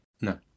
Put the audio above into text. No